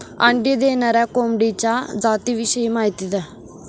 अंडी देणाऱ्या कोंबडीच्या जातिविषयी माहिती द्या